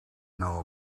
know